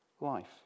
life